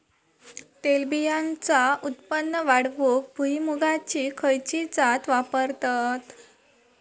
तेलबियांचा उत्पन्न वाढवूक भुईमूगाची खयची जात वापरतत?